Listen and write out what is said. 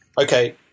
Okay